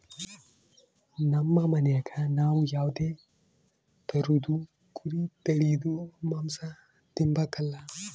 ನಮ್ ಮನ್ಯಾಗ ನಾವ್ ಯಾವ್ದೇ ತರುದ್ ಕುರಿ ತಳೀದು ಮಾಂಸ ತಿಂಬಕಲ